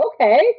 okay